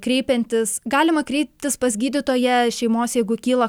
kreipiantis galima kreiptis pas gydytoją šeimos jeigu kyla